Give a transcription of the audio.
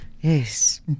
yes